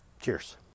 Cheers